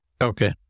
Okay